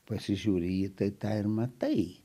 pasižiuri į jį tai tą ir matai